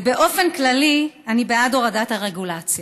באופן כללי, אני בעד הורדת הרגולציה,